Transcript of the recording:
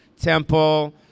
temple